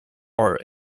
are